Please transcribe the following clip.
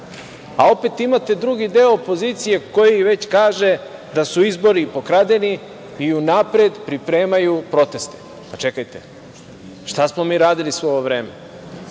a opet imate drugi deo opozicije koji već kaže da su izbori pokradeni i unapred pripremaju protest. Čekajte, šta smo mi radili svo ovo vreme?